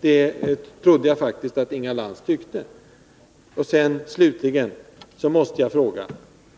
Det trodde jag faktiskt att Inga Lantz tyckte. Slutligen måste jag säga att